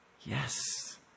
Yes